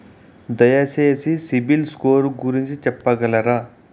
దయచేసి CIBIL score గురించి చెప్పగలరా?